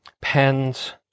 pens